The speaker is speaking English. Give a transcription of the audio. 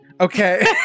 okay